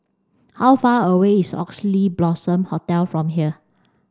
how far away is Oxley Blossom Hotel from here